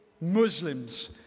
Muslims